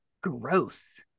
Gross